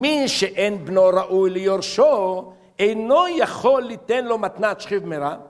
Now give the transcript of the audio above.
מין שאין בנו ראוי ליורשו, אינו יכול ליתן לו מתנת שכיב מירע.